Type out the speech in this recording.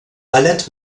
ballett